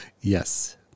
Yes